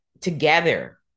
together